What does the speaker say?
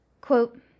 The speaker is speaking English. Quote